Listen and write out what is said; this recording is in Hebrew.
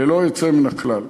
ללא יוצא מן הכלל.